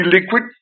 liquid